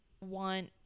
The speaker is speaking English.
want